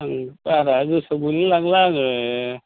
आंहा बारा गोसोआव गैलिया आङो